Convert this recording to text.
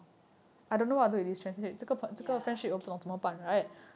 ya